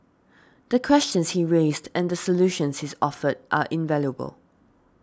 the questions he raised and the solutions he offered are invaluable